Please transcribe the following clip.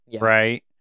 right